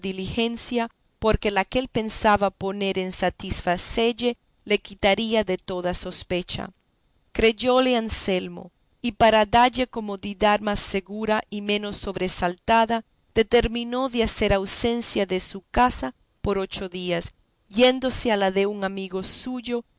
diligencia porque la que él pensaba poner en satisfacelle le quitaría de toda sospecha creyóle anselmo y para dalle comodidad más segura y menos sobresaltada determinó de hacer ausencia de su casa por ocho días yéndose a la de un amigo suyo